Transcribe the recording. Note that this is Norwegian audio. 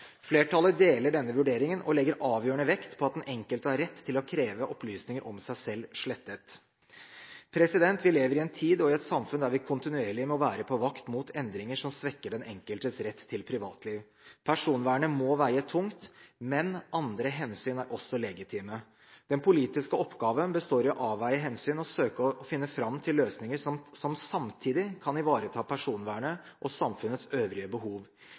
Flertallet deler denne vurderingen og legger avgjørende vekt på at den enkelte har rett til å kreve opplysninger om seg selv slettet. Vi lever i en tid og i et samfunn der vi kontinuerlig må være på vakt mot endringer som svekker den enkeltes rett til privatliv. Personvernet må veie tungt, men andre hensyn er også legitime. Den politiske oppgaven består i å avveie hensyn og søke å finne fram til løsninger som samtidig kan ivareta personvernet og samfunnets øvrige behov.